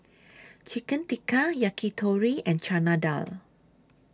Chicken Tikka Yakitori and Chana Dal